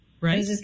right